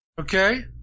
Okay